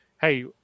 Hey